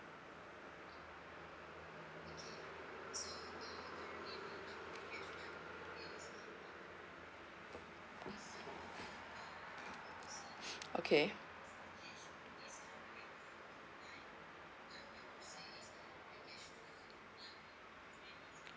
okay